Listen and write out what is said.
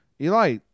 Eli